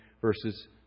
verses